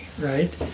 right